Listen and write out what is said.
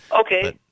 Okay